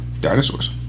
Dinosaurs